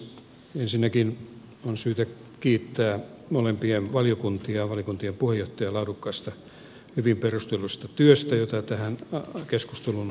ensinnäkin on syytä kiittää molempia valiokuntia valiokuntien puheenjohtajia laadukkaasta hyvin perustellusta työstä jota tähän keskusteluun on tuotu